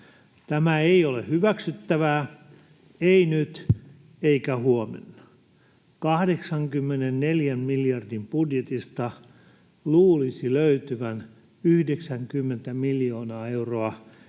Tämä ei ole hyväksyttävää, ei nyt eikä huomenna. 84 miljardin budjetista luulisi löytyvän 90 miljoonaa euroa